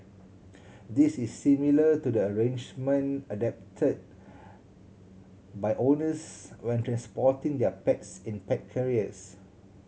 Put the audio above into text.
this is similar to the arrangement adopted by owners when transporting their pets in pet carriers